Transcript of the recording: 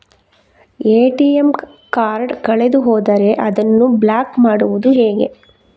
ATM card ಕಳೆದು ಹೋದರೆ ಅದನ್ನು ಬ್ಲಾಕ್ ಮಾಡುವುದು ಹೇಗೆ?